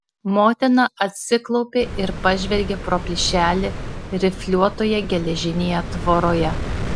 motina atsiklaupė ir pažvelgė pro plyšelį rifliuotoje geležinėje tvoroje